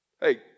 Hey